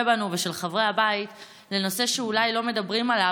בנו ושל חברי הבית לנושא שאולי לא מדברים עליו,